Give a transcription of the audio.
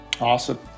Awesome